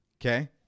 Okay